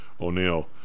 O'Neill